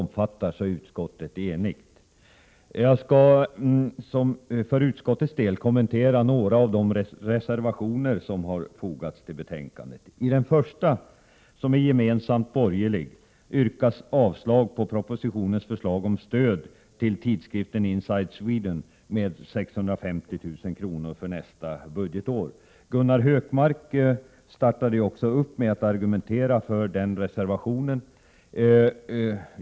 Jag skall som företrädare för utskottsmajoriteten kommentera några av de reservationer som fogats till betänkandet. I den första reservationen, som är gemensamt borgerlig, yrkas avslag på propositionens förslag om stöd till tidskriften Inside Sweden med 650 000 kr. för nästa budgetår. Gunnar Hökmark inledde med att argumentera för den reservationen.